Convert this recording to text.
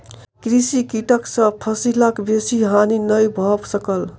कृषि कीटक सॅ फसिलक बेसी हानि नै भ सकल